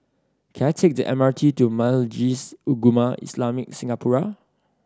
can I take the M R T to Majlis Ugama Islam Singapura